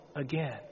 again